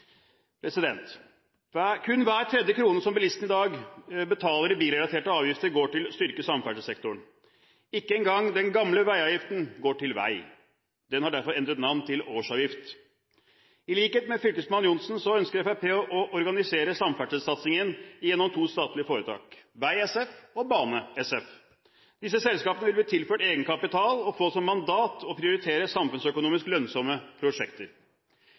Kun hver tredje krone som bilistene i dag betaler i bilrelaterte avgifter, går til å styrke samferdselssektoren. Ikke engang den gamle veiavgiften går til vei. Den har derfor endret navn til årsavgift. I likhet med fylkesmann Johnsen ønsker Fremskrittspartiet å organisere samferdselssatsingen gjennom to statlige foretak: Riksvei SF og Jernbane SF. Disse selskapene vil bli tilført egenkapital og få som mandat å prioritere samfunnsøkonomisk lønnsomme prosjekter.